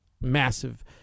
massive